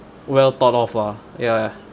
well thought of ah ya ya